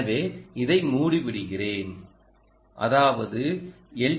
எனவே இதை மூடிவிடுகிறேன் அதாவது எல்